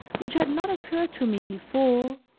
which had not occurred to me before,